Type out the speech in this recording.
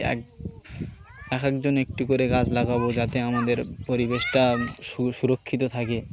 এক এক একজন একটি করে গাছ লাগাব যাতে আমাদের পরিবেশটা সুরক্ষিত থাকে